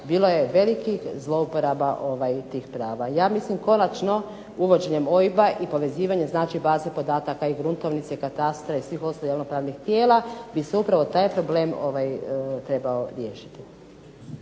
bilo je velikih zlouporaba tih prava. Ja mislim konačno uvođenjem OIB-a i povezivanjem baze podataka i Gruntovnice i Katastra i svih ostalih javno pravnih tijela bi se upravo taj problem trebao riješiti.